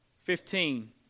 Fifteen